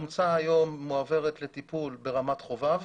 החומצה מועברת בצורה מסודרת לטיפול ברמת חובב.